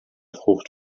frucht